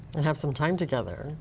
have some time together.